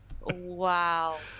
wow